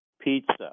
Pizza